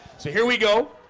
so here we go